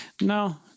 No